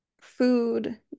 food